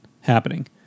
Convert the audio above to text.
happening